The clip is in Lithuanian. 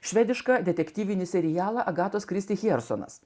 švedišką detektyvinį serialą agatos kristi chersonas